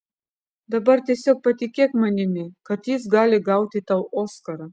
dabar tiesiog patikėk manimi kad jis gali gauti tau oskarą